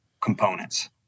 components